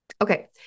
Okay